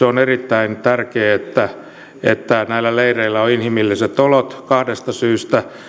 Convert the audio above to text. on erittäin tärkeää että että näillä leireillä on inhimilliset olot kahdesta syystä heidän